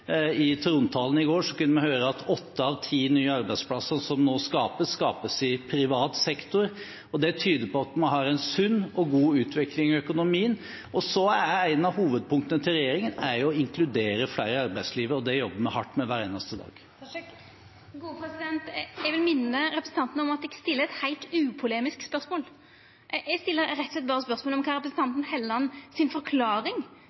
I trontalen i går kunne vi høre at åtte av ti nye arbeidsplasser som nå skapes, skapes i privat sektor, og det tyder på at vi har en sunn og god utvikling i økonomien. Et av hovedpunktene til regjeringen er å inkludere flere i arbeidslivet, og det jobber vi hardt med hver eneste dag. Eg vil minna representanten om at eg stiller eit heilt upolemisk spørsmål. Eg stiller rett og slett berre spørsmål om kva som er representanten Helleland si forklaring